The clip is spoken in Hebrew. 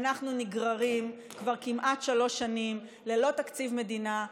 אנחנו נגררים כבר כמעט שלוש שנים ללא תקציב מדינה,